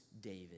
David